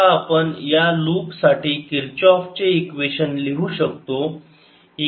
आता आपण या लुप साठी किरचऑफ चे इक्वेशन लिहू शकतो